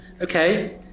Okay